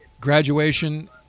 graduation